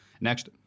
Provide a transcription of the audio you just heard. Next